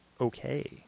okay